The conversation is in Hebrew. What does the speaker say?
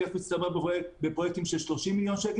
היקף מצטבר בפרויקטים של 30 מיליון שקל